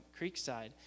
Creekside